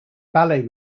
ballet